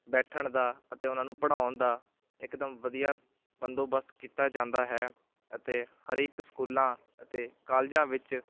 ਬੈਠਣ ਦਾ ਅਤੇ ਉਹਨਾਂ ਨੂੰ ਪੜ੍ਹਾਉਣ ਦਾ ਇਕਦਮ ਵਧੀਆ ਬੰਦੋਬਸਤ ਕੀਤਾ ਜਾਂਦਾ ਹੈ ਅਤੇ ਹਰੇਕ ਸਕੂਲਾਂ ਅਤੇ ਕਾਲਜਾਂ ਵਿੱਚ